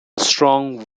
strong